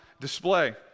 display